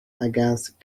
against